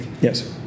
Yes